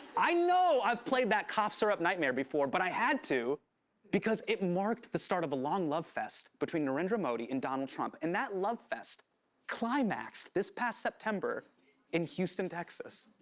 i know i've played that cough syrup nightmare before, but i had to because it marked the start of a long love fest between narendra modi and donald trump, and that love fest climaxed this past september in houston, texas.